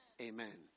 Amen